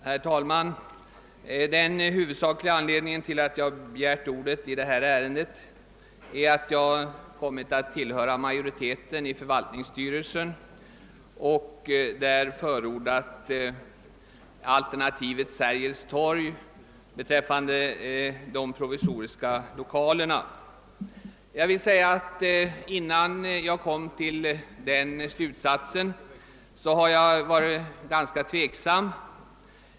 Herr talman! Den huvudsakliga anledningen till att jag begärt ordet i detta ärende är att jag kommit att tillhöra majoriteten i förvaltningskontorets styrelse och där förordat alternativet Ser gels torg för de provisoriska lokalerna. Innan jag kom till den slutsatsen var jag ganska tveksam.